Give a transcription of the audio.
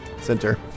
Center